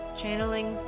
channeling